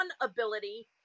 ability